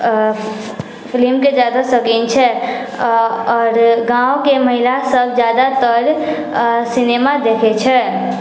फिल्मके जादा शोकीन छै आओर गाँवके महिला सभ जादातर सिनेमा देखैत छै